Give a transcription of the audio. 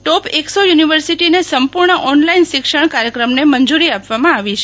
ટોપ એકસો યુનિવર્સિટીને સંપૂર્ણ ઓનલાઈન શિક્ષણ કાર્યક્રમને મંજૂરી આપવામાં આવી છે